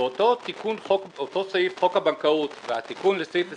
ואותו סעיף חוק הבנקאות והתיקון לסעיף 21,